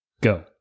go